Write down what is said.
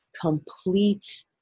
complete